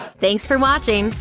thanks for watching!